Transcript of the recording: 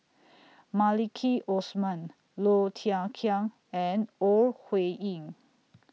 Maliki Osman Low Thia Khiang and Ore Huiying